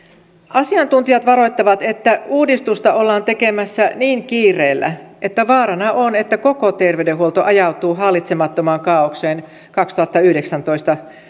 asiantuntijat varoittavat että uudistusta ollaan tekemässä niin kiireellä että vaarana on että koko terveydenhuolto ajautuu hallitsemattomaan kaaokseen vuoden kaksituhattayhdeksäntoista